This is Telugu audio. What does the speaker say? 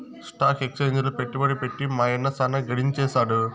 స్టాక్ ఎక్సేంజిల పెట్టుబడి పెట్టి మా యన్న సాన గడించేసాడు